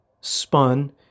spun